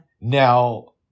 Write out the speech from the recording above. Now